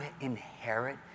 inherit